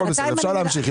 הכול בסדר, אפשר להמשיך,